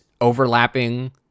overlapping